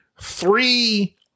three